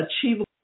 achievable